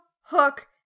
Hook